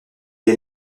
est